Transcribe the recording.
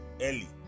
early